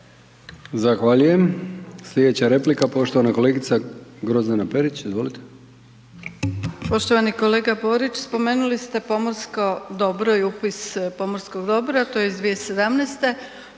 Zahvaljujem. Slijedeća replika poštovana kolegica Grozdana Perić, izvolite.